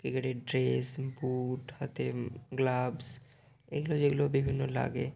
ক্রিকেটের dress boot হাতে gloves এইগুলো যেগুলো বিভিন্ন লাগে